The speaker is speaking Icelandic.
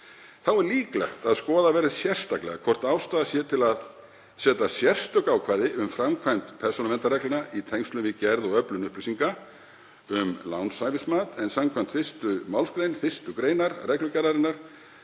Þá er líklegt að skoðað verði sérstaklega hvort ástæða sé til að setja sérstök ákvæði um framkvæmd persónuverndarreglna í tengslum við gerð og öflun upplýsinga um lánshæfismat, en skv. 1. mgr. 1. gr. reglugerðarinnar